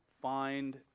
find